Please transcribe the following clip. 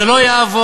זה לא יעבור.